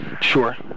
Sure